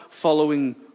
following